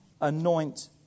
anoint